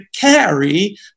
carry